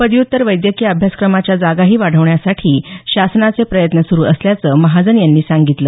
पदव्युत्तर वैद्यकीय अभ्यासक्रमाच्या जागाही वाढवण्यासाठी शासनाचे प्रयत्न सुरू असल्याचं महाजन यांनी सांगितलं